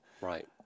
Right